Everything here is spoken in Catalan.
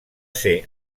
ser